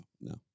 No